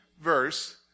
verse